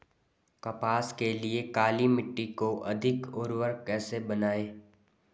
कपास के लिए काली मिट्टी को अधिक उर्वरक कैसे बनायें?